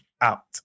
out